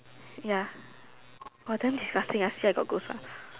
ya !wah! damn disgusting I see I got goosebumps